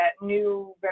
new